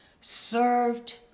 served